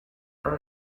are